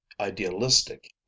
idealistic